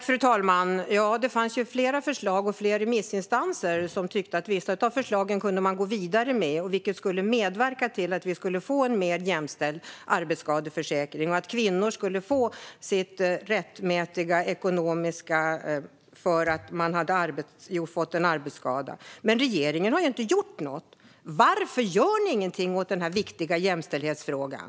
Fru talman! Det fanns flera förslag, och flera remissinstanser tyckte att man kunde gå vidare med vissa av förslagen, vilket skulle medverka till att vi skulle få en mer jämställd arbetsskadeförsäkring och att kvinnor skulle få sin rättmätiga ekonomiska ersättning för att de fått en arbetsskada. Men regeringen har ju inte gjort något. Varför gör ni ingenting åt den här viktiga jämställdhetsfrågan?